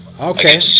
Okay